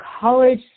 college